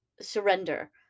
surrender